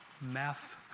meth